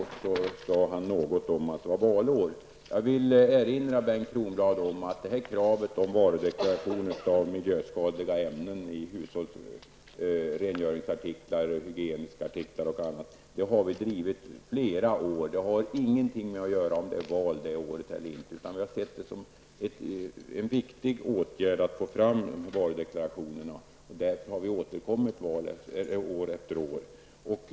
Han sade något om att det är valår. Jag vill erinra Bengt Kronblad om att kravet om varudeklaration av miljöskadliga ämnen i rengöringsartiklar, hygieniska artiklar osv. har vi drivit i flera år. Det har ingenting att göra med om det är val det året eller ej. Vi har sett det som en viktig åtgärd att få fram varudeklarationer. Därför har vi återkommit i frågan år efter år.